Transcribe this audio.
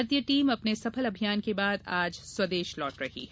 भारतीय टीम अपने सफल अभियान के बाद आज स्वदेश लौट रही है